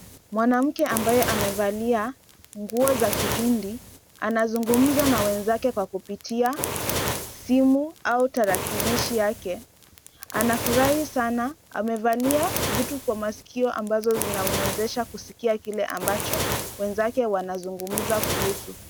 Mwanamke ambaye amevalia nguo za kihindi anazungumza na wenzake kwa kupitia simu au tarakilishi yake. Anafurahi sana. Amevalia vitu kwa masikio ambazo zinamuwezesha kile ambacho wenzake wanazugumza kuhusu.